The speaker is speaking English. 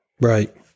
Right